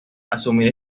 asumir